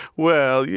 well, yeah